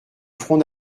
front